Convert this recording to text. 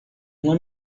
uma